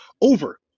over